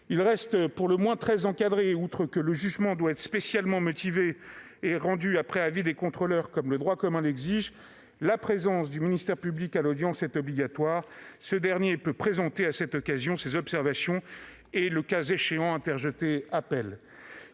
Il reste pour le moins très encadré. Outre que le jugement doit être spécialement motivé et rendu après avis des contrôleurs comme le droit commun l'exige, la présence du ministère public à l'audience est obligatoire. Ce dernier peut présenter, à cette occasion, ses observations et, le cas échéant, interjeter appel.